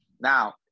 Now